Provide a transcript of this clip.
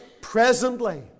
presently